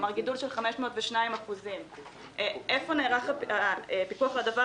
כלומר גידול של 502%. איפה נערך הפיקוח על הדבר